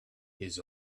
his